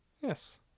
yes